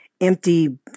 empty